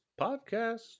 podcast